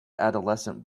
adolescent